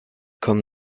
kommt